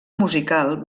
musical